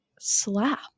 slap